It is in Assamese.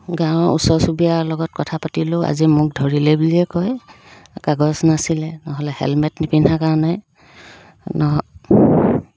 গাঁৱৰ ওচৰ চুবুৰীয়াৰ লগত কথা পাতিলোঁ আজি মোক ধৰিলে বুলিয়ে কয় কাগজ নাছিলে নহ'লে হেলমেট নিপিন্ধা কাৰণে নহয়